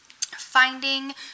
finding